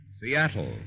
Seattle